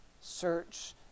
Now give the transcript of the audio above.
Search